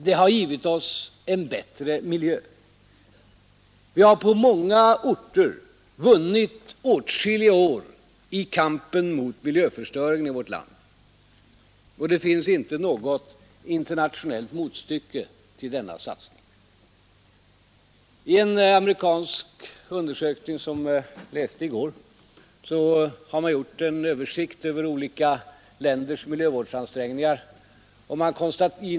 Det har givit oss en bättre miljö. Vi har på många orter vunnit åtskilliga år i kampen mot miljöförstöringen i vårt land. Det finns inte något internationellt motstycke till denna satsning. I en amerikansk undersökning, som jag läste i går, finns en översikt över olika industriländers miljövårdsansträngningar.